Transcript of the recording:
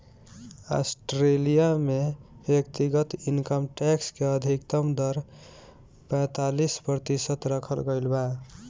Australia में व्यक्तिगत income tax के अधिकतम दर पैतालीस प्रतिशत रखल गईल बा